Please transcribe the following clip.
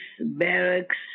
barracks